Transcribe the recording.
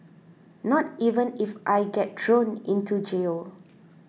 not even if I get thrown into jail